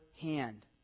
hand